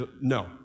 No